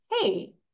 hey